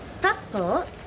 Passport